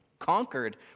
conquered